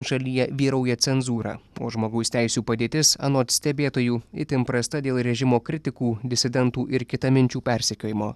šalyje vyrauja cenzūra o žmogaus teisių padėtis anot stebėtojų itin prasta dėl režimo kritikų disidentų ir kitaminčių persekiojimo